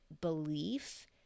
belief